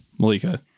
malika